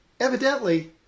Evidently